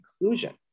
inclusion